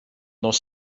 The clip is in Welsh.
nos